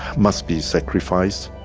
must be sacrificed